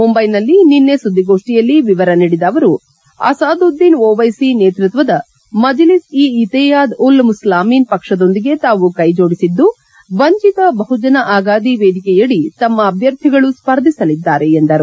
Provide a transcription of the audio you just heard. ಮುಂಬೈನಲ್ಲಿ ನಿನ್ನೆ ಸುದ್ದಿಗೋಷ್ಠಿಯಲ್ಲಿ ವಿವರ ನೀಡಿದ ಅವರು ಅಸಾದುದ್ದೀನ್ ಒವೈಸಿ ನೇತೃಕ್ವದ ಮಜಿಲಿಸ್ ಇ ಇತೇಯಾದ್ ಉಲ್ ಮುಸ್ಲಿಮೀನ್ ಪಕ್ಷದೊಂದಿಗೆ ತಾವು ಕೈಜೋಡಿಸಿದ್ದು ವಂಚಿತ ಬಹುಜನ ಅಗಾದಿ ವೇದಿಕೆಯಡಿ ತಮ್ಮ ಅಭ್ಯರ್ಥಿಗಳು ಸ್ಪರ್ಧಿಸಲಿದ್ದಾರೆ ಎಂದರು